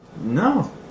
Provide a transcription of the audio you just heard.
No